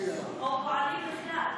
פועלים בכלל,